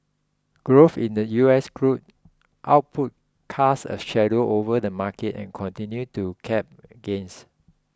growth in the U S crude output cast a shadow over the market and continued to cap gains